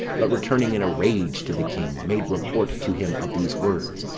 but returning in a rage to the king, made report to him of these words,